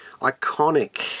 iconic